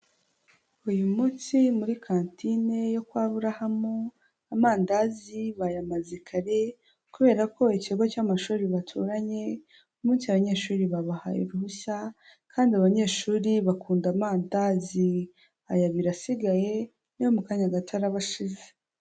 Uyu munsi muri kantine yo kwa Aburahamu amandazi bayamaze kare, kubera ko ikigo cy'amashuri baturanye, uyu munsi abanyeshuri babahaye uruhushya, kandi abanyeshuri bakunda amandazi. Aya abiri asigaye na yo mu kanya gato araba ashize.